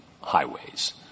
highways